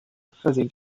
versinkt